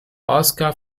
oskar